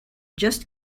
just